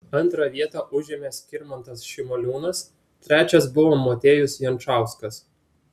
antrą vietą užėmė skirmantas šimoliūnas trečias buvo motiejus jančauskas